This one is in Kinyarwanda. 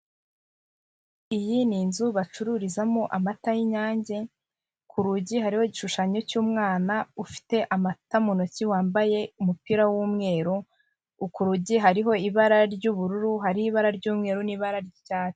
Iyi ni inzu bacururizamo amata yin'inyange , ku rugi hariho igishushanyo cy'umwana ufite amata mu ntoki wambaye umupira w'umweru, kurugi hariho ibara ry'ubururu, hariho ibara ry'umweru n'ibara ry'icyatsi.